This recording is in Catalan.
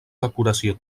decoració